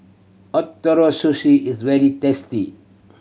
Ootoro Sushi is very tasty